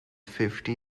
fifty